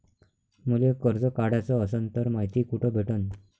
मले कर्ज काढाच असनं तर मायती कुठ भेटनं?